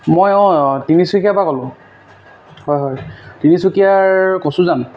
মই অঁ তিনিচুকীয়াৰ পৰা ক'লোঁ হয় হয় তিনিচুকীয়াৰ কচুজান